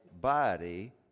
body